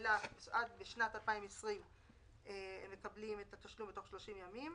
ואילך עד שנת 2020 הם מקבלים את התשלום תוך 30 ימים,